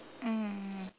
mm